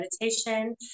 meditation